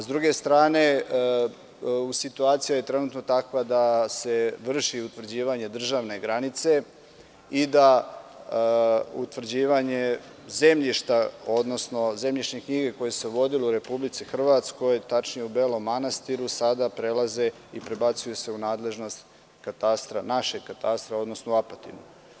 S druge strane situacija je trenutno takva da se vrši utvrđivanje državne granice i da utvrđivanje zemljišta, odnosno zemljišnih knjiga, koje se vodilo u Republici Hrvatskoj, tačnije u Belom Manastiru, sada prelaze i prebacuju se u nadležnost našeg katastra, odnosno u Apatinu.